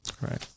Right